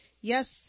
Yes